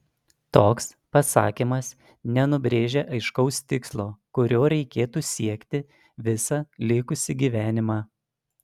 toks pasakymas nenubrėžia aiškaus tikslo kurio reikėtų siekti visą likusį gyvenimą